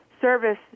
service